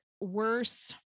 worse